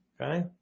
Okay